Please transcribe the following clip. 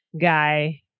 guy